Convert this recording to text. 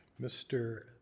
Mr